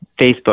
Facebook